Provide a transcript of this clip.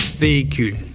véhicule